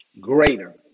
greater